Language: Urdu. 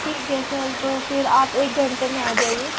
ٹھیک ہے سر تو پھر آپ ایک گھنٹے میں آجائیے